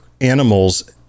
animals